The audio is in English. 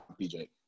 PJ